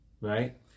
Right